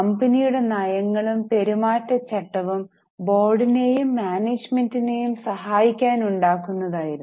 കമ്പനിയുടെ നയങ്ങളും പെരുമാറ്റച്ചട്ടവും ബോർഡിനെയും മാനേജ്മെന്റിനെയും സഹായിക്കാൻ ഉണ്ടാകുന്നതായിരുന്നു